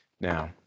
Now